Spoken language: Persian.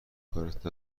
کارت